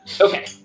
Okay